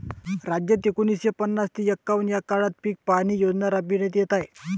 राज्यात एकोणीसशे पन्नास ते एकवन्न या काळात पीक पाहणी योजना राबविण्यात येत आहे